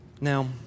Now